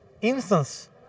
instance